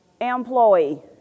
employee